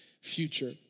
future